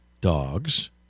dogs